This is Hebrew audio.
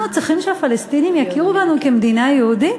אנחנו צריכים שהפלסטינים יכירו בנו כמדינה יהודית?